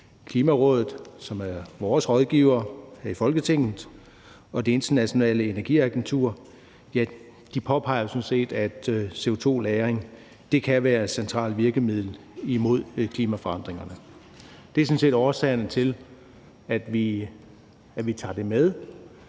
Klimarådet, som er vores rådgiver her i Folketinget, og Det Internationale Energiagentur sådan set påpeger, at CO2-lagring kan være et centralt virkemiddel imod klimaforandringerne. Det er sådan set årsagerne til, at vi tager det med